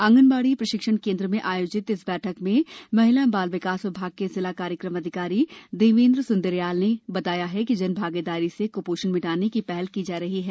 आंगनबाड़ी प्रशिक्षण केंद्र में आयोजित इस बैठक में महिला एवं बाल विकास विभाग के जिला कार्यक्रम अधिकारी देवेंद्र सुंदरयाल ने बताया कि जनभागीदारी से कुपोषण मिटाने की पहल की जा रही है